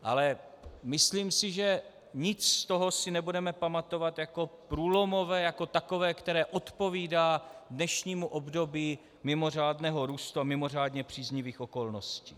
Ale myslím si, že nic z toho si nebudeme pamatovat jako průlomové, jako takové, které odpovídá dnešnímu období mimořádného růstu a mimořádně příznivých okolností.